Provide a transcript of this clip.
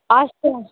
अच्छा